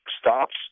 stops